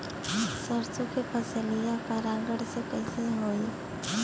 सरसो के फसलिया परागण से कईसे होई?